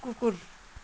कुकुर